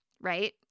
Right